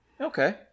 Okay